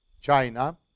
China